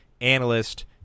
analyst